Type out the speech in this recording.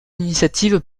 initiatives